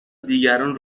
دیگران